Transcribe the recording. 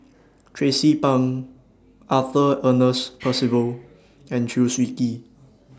Tracie Pang Arthur Ernest Percival and Chew Swee Kee